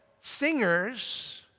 singers